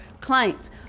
clients